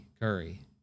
Curry